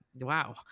wow